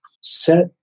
Set